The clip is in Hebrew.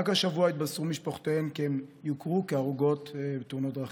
רק השבוע התבשרו משפחותיהן כי הן יוכרו כהרוגות תאונות דרכים.